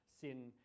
sin